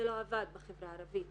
זה לא עבד בחברה הערבית